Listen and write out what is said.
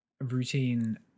routine